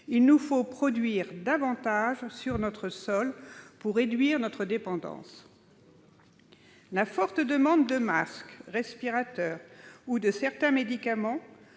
Il nous faut produire davantage sur notre sol pour réduire notre dépendance. La forte demande de masques, de respirateurs ou de certains médicaments